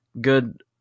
good –